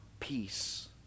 peace